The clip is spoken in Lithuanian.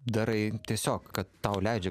darai tiesiog kad tau leidžia